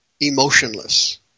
emotionless